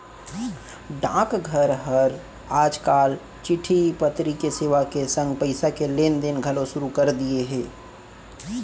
डाकघर हर आज काल चिट्टी पतरी के सेवा के संग पइसा के लेन देन घलौ सुरू कर दिये हे